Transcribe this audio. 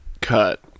cut